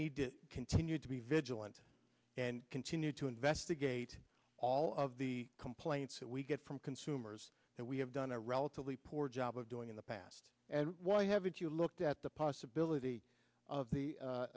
need to continue to be vigilant and continue to investigate all of the complaints that we get from consumers that we have done a relatively poor job of doing in the past and why haven't you looked at the possibility of the